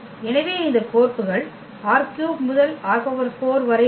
எனவே இந்த கோர்ப்புகள் ℝ3 முதல் ℝ4 வரை உள்ளது